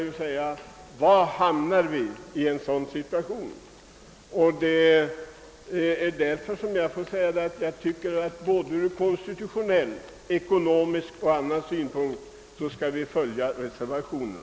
Ur både konstitutionell och ekonomisk synpunkt anser jag att vi bör följa reservationen.